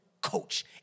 coach